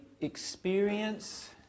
experience